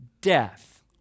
death